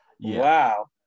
wow